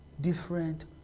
different